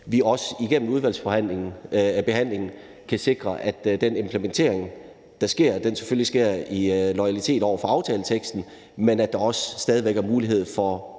vi også igennem udvalgsbehandlingen kan sikre, at den implementering, der sker, selvfølgelig sker i loyalitet over for aftaleteksten, men at der også stadig væk er mulighed for